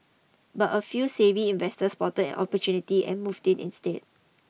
but a few savvy investors spotted an opportunity and moved in instead